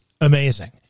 amazing